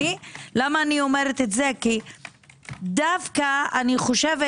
למה אני אומרת את זה כי דווקא אני חושבת,